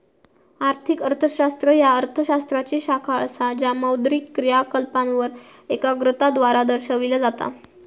आर्थिक अर्थशास्त्र ह्या अर्थ शास्त्राची शाखा असा ज्या मौद्रिक क्रियाकलापांवर एकाग्रता द्वारा दर्शविला जाता